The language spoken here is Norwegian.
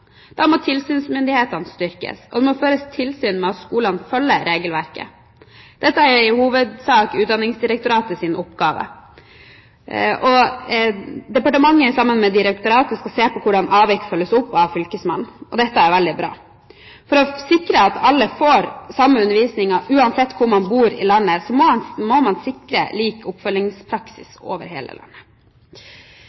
Da må tilsynsmyndighetene styrkes, og det må føres tilsyn med at skolene følger regelverket. Dette er i hovedsak Utdanningsdirektoratets oppgave. Departementet, sammen med direktoratet, skal se på hvordan avvik følges opp av fylkesmannen. Dette er veldig bra. For å sikre at alle får den samme undervisningen uansett hvor man bor, må man sikre lik oppfølgingspraksis over hele landet.